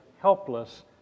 helpless